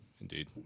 Indeed